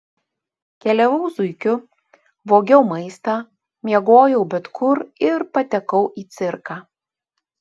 keliavau zuikiu vogiau maistą miegojau bet kur ir patekau į cirką